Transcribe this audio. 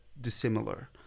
dissimilar